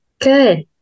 Good